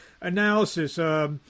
analysis